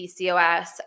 PCOS